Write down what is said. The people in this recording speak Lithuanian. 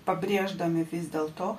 pabrėždami vis dėl to